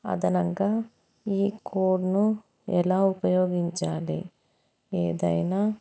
అదనంగా ఈ కోడ్ను ఎలా ఉపయోగించాలి ఏదైనా